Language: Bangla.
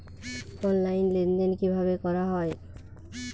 অনলাইন লেনদেন কিভাবে করা হয়?